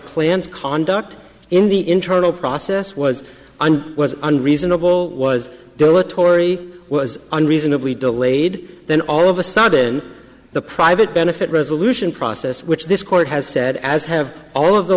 to conduct in the internal process was and was an reasonable was dilatory was unreasonably delayed then all of a sudden the private benefit resolution process which this court has said as have all of the